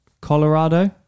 Colorado